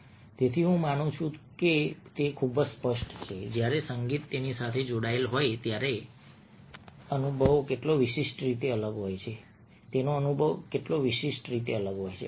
તેથી હું માનું છું કે તે ખૂબ જ સ્પષ્ટ કરે છે જ્યારે સંગીત તેની સાથે જોડાયેલ હોય ત્યારે અનુભવ કેટલો વિશિષ્ટ રીતે અલગ હોય છે